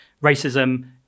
racism